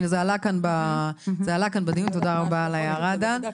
הנה, זה עלה כאן בדיון, תודה רבה על ההערה, דן.